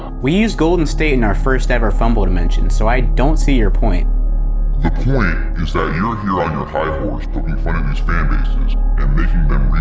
we used golden state in our first ever fumbled dimensions so i don't see your point. the ah point is that you're here on your highhorse poking fun at these fanbases and making them